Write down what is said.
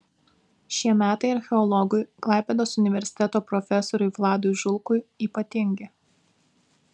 šie metai archeologui klaipėdos universiteto profesoriui vladui žulkui ypatingi